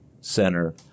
center